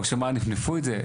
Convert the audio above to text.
או שמא נפנפו את זה?